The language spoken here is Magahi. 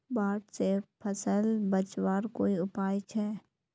बाढ़ से फसल बचवार कोई उपाय छे?